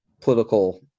political